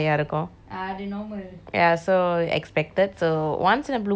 ya so expected so once in a blue moon spending much is not a problem lah